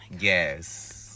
Yes